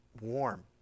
warm